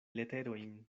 leterojn